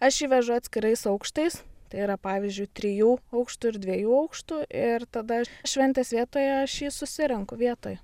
aš jį vežu atskirais aukštais tai yra pavyzdžiui trijų aukštų ir dviejų aukštų ir tada šventės vietoje aš jį susirenku vietoj